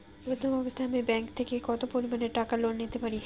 প্রথম অবস্থায় আমি ব্যাংক থেকে কত পরিমান টাকা লোন পেতে পারি?